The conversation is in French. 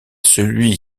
celui